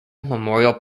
memorial